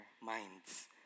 minds